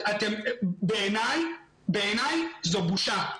בעיני זאת בושה.